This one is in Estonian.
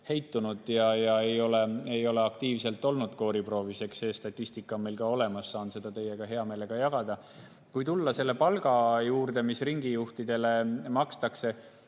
heitunud ja ei ole aktiivselt kooriproovis osalenud. See statistika on meil olemas, võin seda teiega hea meelega jagada. Kui tulla palga juurde, mida ringijuhtidele makstakse,